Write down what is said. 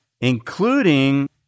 including